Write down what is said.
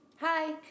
Hi